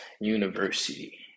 University